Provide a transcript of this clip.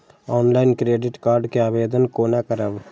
Online credit card के आवेदन कोना करब?